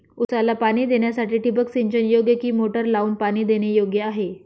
ऊसाला पाणी देण्यासाठी ठिबक सिंचन योग्य कि मोटर लावून पाणी देणे योग्य आहे?